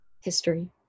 History